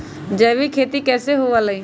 जैविक खेती कैसे हुआ लाई?